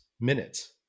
minutes